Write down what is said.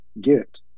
Get